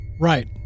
Right